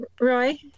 Roy